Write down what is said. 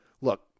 look